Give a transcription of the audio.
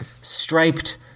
striped